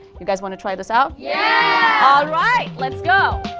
you guys want to try this out? yeah! alright, let's go!